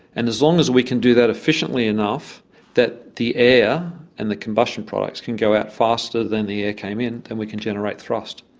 and as long as we can do that efficiently enough that the air and the combustion products can go out faster than the air came in, then we can generate thrust.